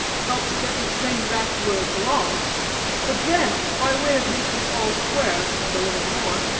helps get the train back where it belongs but then, by way of making all square, and a little more,